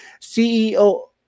CEO